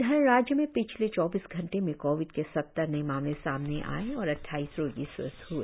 इधर राज्य में पिछले चौबीस घंटे में कोविड के सत्तर नए मामले सामने आए और अद्वाईस रोगी स्वस्थ हुए